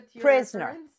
Prisoner